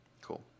Cool